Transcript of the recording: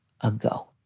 ago